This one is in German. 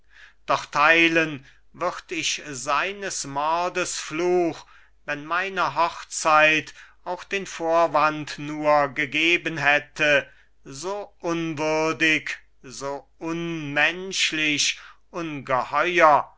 doch theilen würd ich seines mordes fluch wenn meine hochzeit auch den vorwand nur gegeben hätte so unwürdig so unmenschlich ungeheuer